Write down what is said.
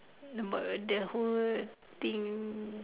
about the whole thing